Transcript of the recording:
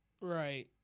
Right